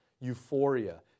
Euphoria